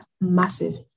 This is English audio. massive